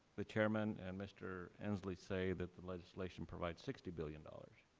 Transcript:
the chairman and mr. inslee say that the legislation provides sixty billion dollars.